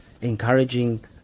encouraging